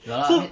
ya I mean